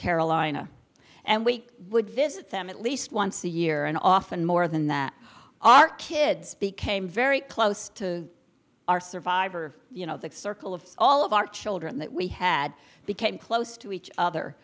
carolina and we would visit them at least once a year and often more than that our kids became very close to our survivor you know that circle of all of our children that we had became close to each